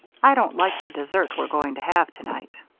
i don't like the dessert we're going to have tonight.